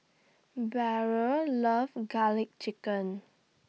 Beryl loves Garlic Chicken